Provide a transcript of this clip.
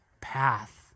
path